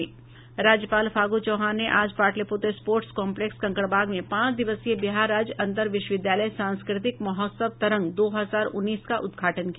राज्यपाल फागू चौहान ने आज पाटलिपुत्र स्पोर्ट्स कॉम्पलेक्स कंकड़बाग में पांच दिवसीय बिहार राज्य अंतर विश्वविद्यालय सांस्कृतिक महोत्सव तरंग दो हजार उन्नीस का उदघाटन किया